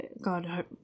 God